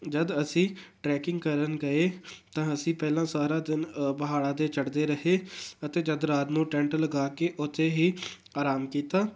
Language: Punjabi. ਜਦ ਅਸੀਂ ਟਰੈਕਿੰਗ ਕਰਨ ਗਏ ਤਾਂ ਅਸੀਂ ਪਹਿਲਾਂ ਸਾਰਾ ਦਿਨ ਪਹਾੜਾਂ 'ਤੇ ਚੜ੍ਹਦੇ ਰਹੇ ਅਤੇ ਜਦ ਰਾਤ ਨੂੰ ਟੈਂਟ ਲਗਾ ਕੇ ਉੱਥੇ ਹੀ ਆਰਾਮ ਕੀਤਾ